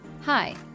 Hi